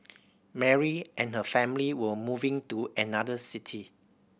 Mary and her family were moving to another city